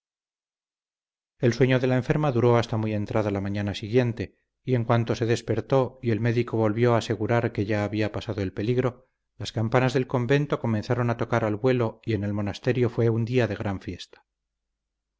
el sueño de la enferma duró hasta muy entrada la mañana siguiente y en cuanto se despertó y el médico volvió a asegurar que ya había pasado el peligro las campanas del convento comenzaron a tocar a vuelo y en el monasterio fue un día de gran fiesta